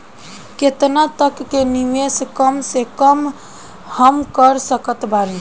केतना तक के निवेश कम से कम मे हम कर सकत बानी?